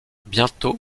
bientôt